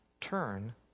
turn